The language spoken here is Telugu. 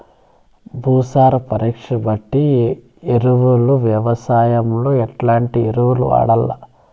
భూసార పరీక్ష బట్టి ఎరువులు వ్యవసాయంలో ఎట్లాంటి ఎరువులు వాడల్ల?